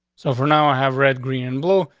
so for now i have red, green and blue.